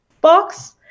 box